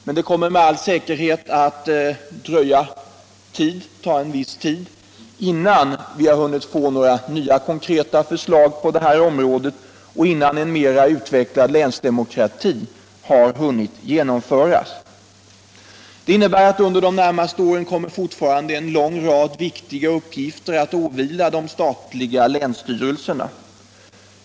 Men det kommer med all säkerhet att ta tid innan vi har hunnit få några nya konkreta förslag på det här området och innan en mera utvecklad länsdemokrati har hunnit genomföras. Det innebär att under de närmaste åren kommer fortfarande en lång rad viktiga uppgifter att åvila de statliga länsstyrelserna.